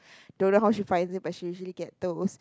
don't know how she finds it but she usually get those